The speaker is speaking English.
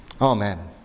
Amen